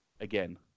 again